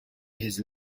his